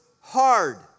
hard